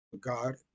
God